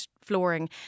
flooring